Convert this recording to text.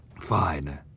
Fine